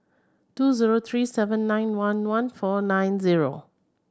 two zero three seven nine one one four nine zero